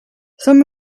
some